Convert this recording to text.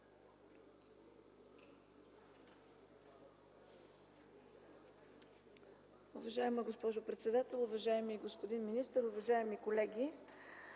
Уважаема госпожо председател, уважаеми господин министър, уважаеми дами